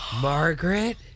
Margaret